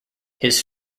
his